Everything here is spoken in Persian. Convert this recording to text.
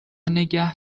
نگه